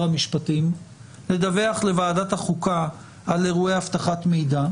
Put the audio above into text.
המשפטים לדווח לוועדת החוקה על אירועי אבטחת מידע,